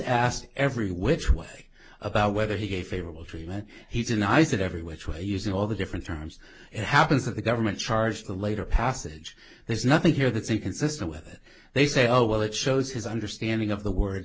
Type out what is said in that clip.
asked every which way about whether he gave favorable treatment he denies it every which way using all the different terms it happens that the government charged a later passage there's nothing here that's inconsistent with it they say oh well it shows his understanding of the word